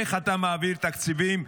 איך אתה מעביר תקציבים?